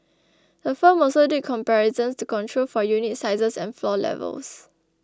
the firm also did comparisons to control for unit sizes and floor levels